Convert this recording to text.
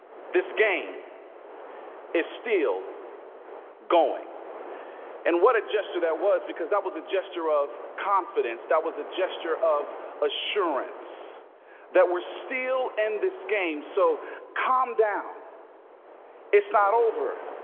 this game is still going and what a gesture that was because that was a gesture of confidence that was a gesture of assurance that were still in and this game, so calm down it's not over